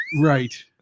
Right